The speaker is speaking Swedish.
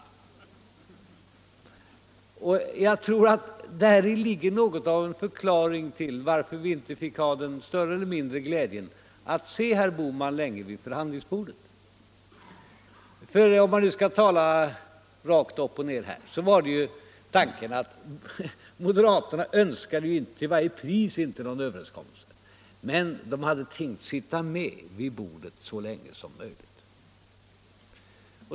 Jag tror att däri ligger något av en förklaring till att vi inte fick ha den större eller mindre glädjen att se herr Bohman länge vid förhandlingsbordet. Om man skall tala klartext önskade moderaterna till varje pris inte någon överenskommelse, men de hade tänkt sitta med vid bordet så länge som möjligt.